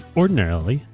ordinarily,